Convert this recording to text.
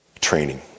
training